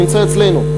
נמצא אצלנו.